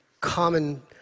common